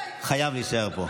חייב להישאר פה.